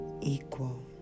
equal